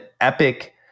Epic